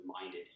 minded